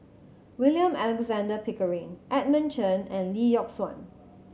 William Alexander Pickering Edmund Chen and Lee Yock Suan